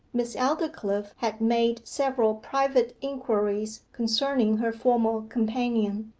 miss aldclyffe had made several private inquiries concerning her former companion,